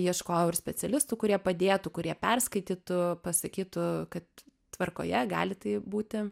ieškojau ir specialistų kurie padėtų kurie perskaitytų pasakytų kad tvarkoje gali tai būti